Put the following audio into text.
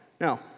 Now